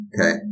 Okay